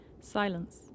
Silence